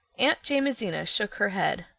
aunt jamesina shook her head.